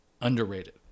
Underrated